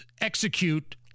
execute